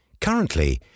Currently